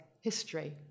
history